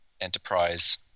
Enterprise